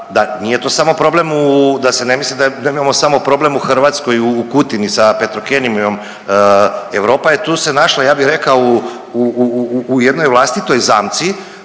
da nije to samo problem u, da se ne misli da imamo samo problem u Hrvatskoj u Kutini sa Petrokemijom, Europa je tu se našla ja bih rekao u jednoj vlastitoj zamci